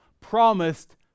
promised